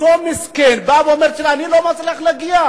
אותו מסכן בא ואומר: תראה, אני לא מצליח להגיע.